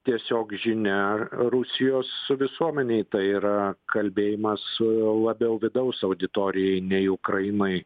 tiesiog žinia rusijos visuomenei tai yra kalbėjimas su labiau vidaus auditorijai nei ukrainai